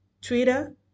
Twitter